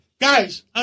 Guys